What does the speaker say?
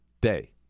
day